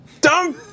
dumb